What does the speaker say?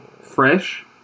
fresh